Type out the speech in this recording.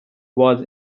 was